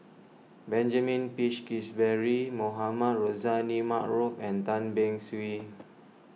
Benjamin Peach Keasberry Mohamed Rozani Maarof and Tan Beng Swee